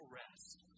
rest